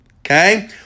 Okay